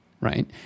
Right